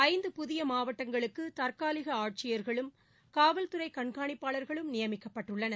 ஐந்து புதிய மாவட்டங்களுக்கு தற்காலிக ஆட்சியர்களும் காவல்துறை கண்காணிப்பாளர்களும் நியமிக்கப்பட்டுள்ளனர்